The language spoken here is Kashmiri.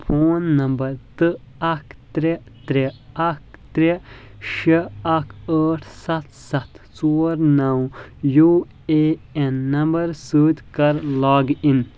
فون نمبر تہٕ اکھ ترٛےٚ ترٛےٚ اکھ ترٛےٚ شےٚ اکھ ٲٹھ سَتھ سَتھ ژور نَو یوٗ اے ایٚن نمبر سۭتۍ کر لاگ اِن